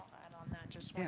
add on that just yeah